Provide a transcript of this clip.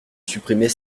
supprimer